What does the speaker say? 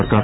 സർക്കാർ